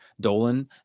Dolan